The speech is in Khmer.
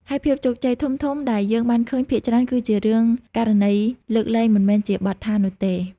ហើយភាពជោគជ័យធំៗដែលយើងបានឃើញភាគច្រើនគឺជារឿង ករណីលើកលែងមិនមែនជាបទដ្ឋាននោះទេ។